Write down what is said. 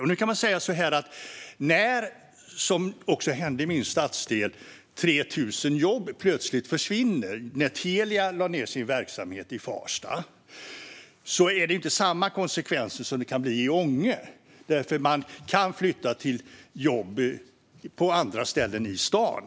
När 3 000 jobb plötsligt försvinner i Farsta, vilket också hände när Telia lade ned sin verksamhet där, blir konsekvenserna inte desamma som i Ånge. Här kan man nämligen flytta till jobb på andra ställen i staden.